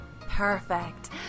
Perfect